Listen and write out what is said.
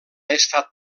estat